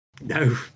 no